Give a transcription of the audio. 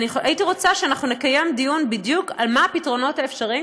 הייתי רוצה שנקיים דיון בדיוק על מה הפתרונות האפשריים,